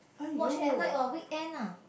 watch at night on weekend ah